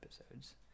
episodes